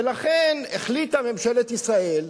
ולכן החליטה ממשלת ישראל,